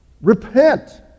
Repent